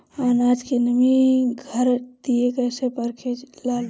आनाज के नमी घरयीत कैसे परखे लालो?